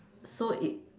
so it